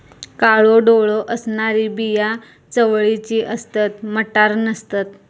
काळो डोळो असणारी बिया चवळीची असतत, मटार नसतत